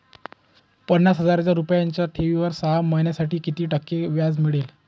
पन्नास हजार रुपयांच्या ठेवीवर सहा महिन्यांसाठी किती टक्के व्याज मिळेल?